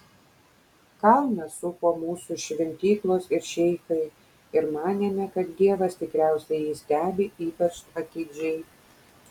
kalną supo mūsų šventyklos ir šeichai ir manėme kad dievas tikriausiai jį stebi ypač atidžiai